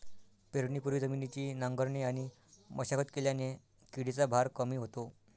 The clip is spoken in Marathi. पेरणीपूर्वी जमिनीची नांगरणी आणि मशागत केल्याने किडीचा भार कमी होतो